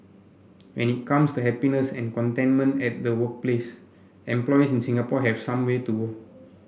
when it comes to happiness and contentment at the workplace employees in Singapore have some way to go